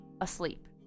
asleep